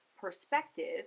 perspective